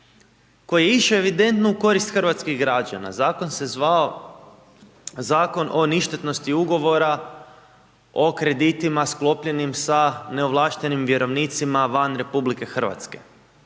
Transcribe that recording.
koji je išao evidentno u korist hrvatskih građana, zakon se zvao Zakon o ništetnosti ugovora o kreditima sklopljenim sa neovlaštenim vjerovnicima van RH i tim